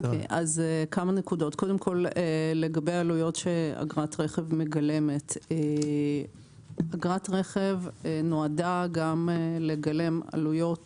קודם כול לגבי עלויות שאגרת רכב מגלמת אגרת רכב נועדה גם לגלם עלויות